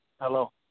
Hello